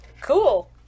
Cool